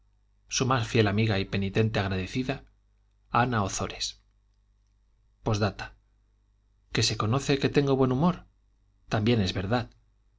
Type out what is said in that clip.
su más fiel amiga y penitente agradecida ana ozores p d qué se conoce que tengo buen humor también es verdad